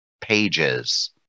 pages